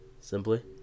Simply